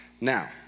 Now